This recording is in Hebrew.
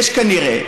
יש כנראה,